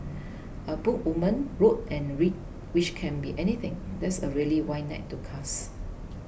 a book woman wrote and read which can be anything that's a really wide net to cast